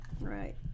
Right